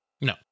No